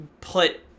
put